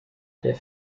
der